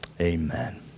Amen